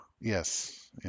Yes